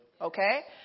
Okay